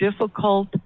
difficult